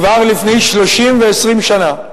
כבר לפני 30 ו-20 שנה,